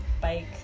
bike